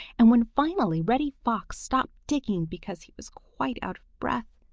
and when finally reddy fox stopped digging because he was quite out of breath,